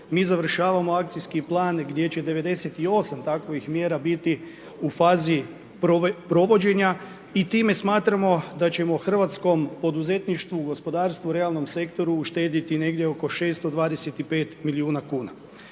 mi završavamo akcijski plan gdje će '98. takvih mjera biti u fazi provođenja. I time smatramo da ćemo hrvatskom poduzetništvu, gospodarstvu, realnom sektoru uštedjeti negdje oko 625 milijuna kuna.